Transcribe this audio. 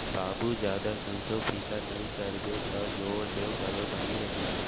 बाबू जादा संसो फिकर नइ करबे तौ जोर देंव घलौ बने रही